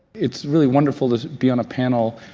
it's really wonderful to be on a panel,